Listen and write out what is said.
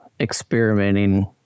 Experimenting